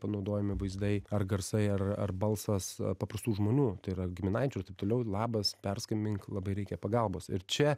panaudojami vaizdai ar garsai ar ar balsas paprastų žmonių tai yra giminaičių ir taip toliau labas perskambink labai reikia pagalbos ir čia